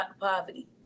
poverty